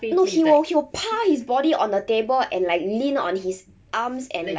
no he will he will he will 趴 his body on the table and like lean on his arms and like